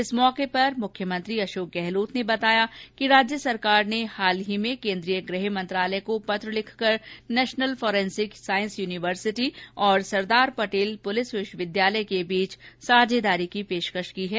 इस अवसर पर मुख्यमंत्री अशोक गहलोत ने बताया कि राज्य सरकार ने हाल ही में केन्द्रीय गृह मंत्रालय को पत्र लिखकर नेशनल फोरेंसिक साइंस यूनिवर्सिटी और सरदार पटेल पुलिस विश्वविद्यालय के बीच साझेदारी की पेशकश की है